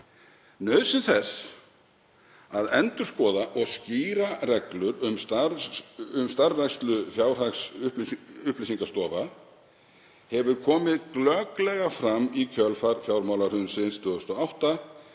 Nauðsyn þess að endurskoða og skýra reglur um starfrækslu fjárhagsupplýsingastofa hefur komið glögglega fram í kjölfar fjármálahrunsins 2008